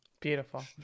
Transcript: Beautiful